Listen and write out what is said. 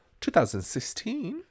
2016